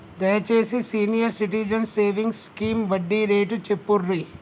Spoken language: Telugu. దయచేసి సీనియర్ సిటిజన్స్ సేవింగ్స్ స్కీమ్ వడ్డీ రేటు చెప్పుర్రి